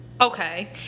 Okay